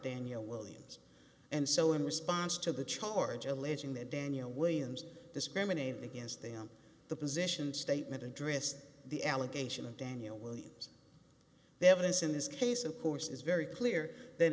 daniel williams and so in response to the charge alleging that daniel williams discriminated against them the position statement addressed the allegation of daniel williams they have this in this case of course is very clear that